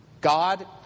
God